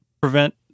prevent